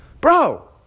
bro